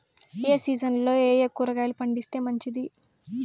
ఏ సీజన్లలో ఏయే కూరగాయలు పండిస్తే మంచిది